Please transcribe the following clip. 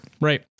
Right